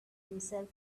himself